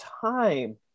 time